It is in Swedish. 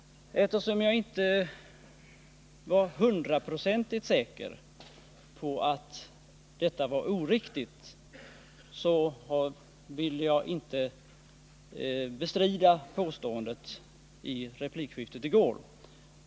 Eftersom jag inte var hundraprocentigt säker på att detta var oriktigt ville jag inte bestrida påståendet under replikskiftet i går.